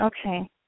okay